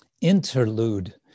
interlude